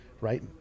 right